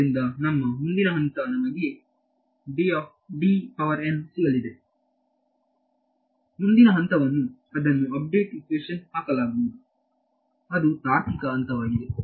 ಆದ್ದರಿಂದ ನಮ್ಮ ಮುಂದಿನ ಹಂತವು ನಮಗೆ ಸಿಕ್ಕಿದೆ ಮುಂದಿನ ಹಂತವನ್ನು ಅದನ್ನು ಅಪ್ಡೇಟ್ ಇಕ್ವೇಶನ್ಕ್ಕೆ ಹಾಕಲಾಗುವುದು ಅದು ತಾರ್ಕಿಕ ಹಂತವಾಗಿದೆ